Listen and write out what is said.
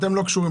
לא קשור אלינו.